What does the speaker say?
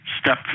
Step